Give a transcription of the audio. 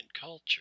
culture